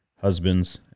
husbands